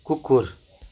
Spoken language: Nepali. कुकुर